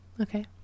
Okay